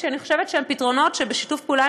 כשאני חושבת שאלו פתרונות שבשיתוף פעולה